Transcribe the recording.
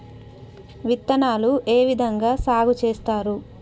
విత్తనాలు ఏ విధంగా సాగు చేస్తారు?